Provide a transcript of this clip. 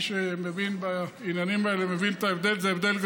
מי שמבין בעניינים האלה מבין את ההבדל,